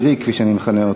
14 בעד, אין מתנגדים.